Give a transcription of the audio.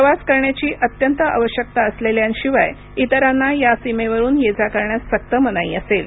प्रवास करण्याची अत्यंत आवश्यकता असलेल्यांशिवाय इतरांना या सीमेवरून ये जा करण्यास सक्त मनाई असेल